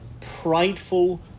prideful